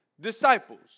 disciples